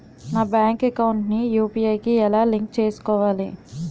నా bank account ని UPI కి ఎలా లింక్ చేసుకోవాలి?